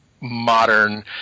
modern